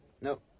Nope